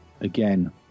again